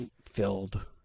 filled